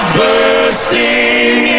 bursting